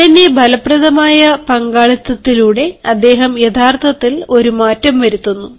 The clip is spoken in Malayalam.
ഉടനെ ഫലപ്രദമായ പങ്കാളിത്തത്തിലൂടെ അദ്ദേഹം യഥാർത്ഥത്തിൽ ഒരു മാറ്റം വരുത്തുന്നു